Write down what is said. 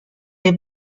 des